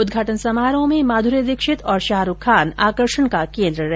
उद्घाटन समारोह में माध्री दीक्षित और शाहरूख खान आकर्षण का केन्द्र रहे